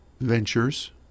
ventures